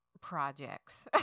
projects